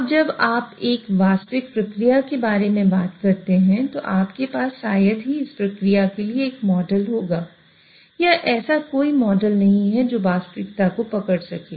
अब जब आप एक वास्तविक प्रक्रिया के बारे में बात करते हैं तो आपके पास शायद ही इस प्रक्रिया के लिए एक मॉडल होगा या ऐसा कोई मॉडल नहीं है जो वास्तविकता को पकड़ सके